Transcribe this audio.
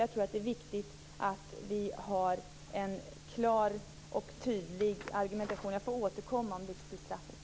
Jag tror att det är viktigt att vi har en klar och tydlig argumentation. Jag får återkomma till livstidsstraffet.